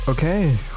okay